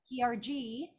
prg